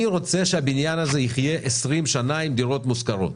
אני רוצה שהבניין הזה יחיה 20 שנה עם דירות מושכרות,